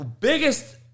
biggest